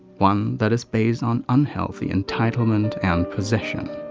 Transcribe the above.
one that is based on unhealthy entitlement and possession.